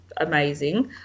amazing